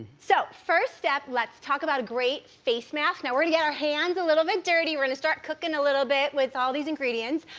so first step, let's talk about a great face mask. now, we're gonna get our hands a little bit dirty. we're gonna start cooking a little bit with all these ingredients.